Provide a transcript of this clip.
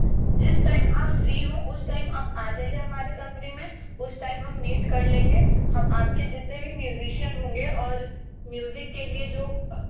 जिस टाइम आप फ़्री हो उस टाइम आप आ जाइए हमारे कंपनी में उस टाइम हम मीट कर लेंगे हम आपके जितने भी म्यूज़िशियन होंगे और म्यूज़िक के लिए जो